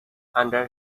under